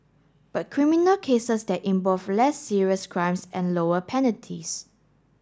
but criminal cases there involve less serious crimes and lower penalties